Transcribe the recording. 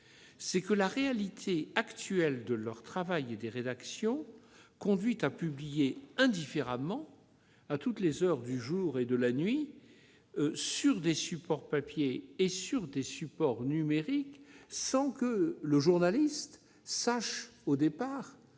disent que la réalité actuelle de leur travail et des rédactions conduit à publier indifféremment, toutes les heures du jour et de la nuit, sur des supports papier et sur des supports numériques, sans qu'un auteur sache, au départ,